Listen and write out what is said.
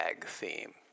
theme